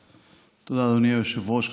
תודה, אדוני היושב-ראש.